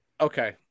okay